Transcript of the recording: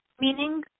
Meaning